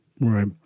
Right